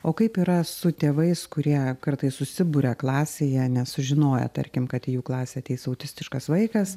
o kaip yra su tėvais kurie kartais susiburia klasėje nes sužinoję tarkim kad į klasę ateis autistiškas vaikas